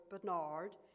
Bernard